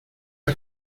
has